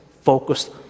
focused